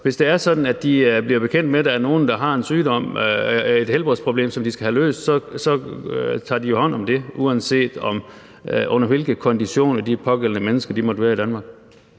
hvis det er sådan, at de bliver bekendt med, at der er nogen, der har en sygdom, et helbredsproblem, som de skal have løst, tager de jo hånd om det, uanset under hvilke konditioner de pågældende mennesker måtte være i Danmark.